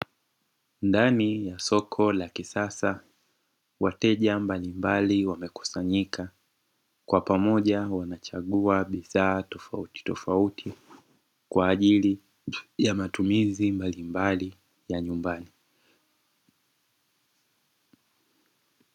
Ndani ya soko la kisasa, wateja mbalimbali wamekusanyika kwa pamoja wanachagua bidhaa tofautitofauti kwa ajili ya matumizi mbalimbali ya nyumbani.